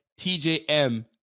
TJM